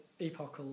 epochal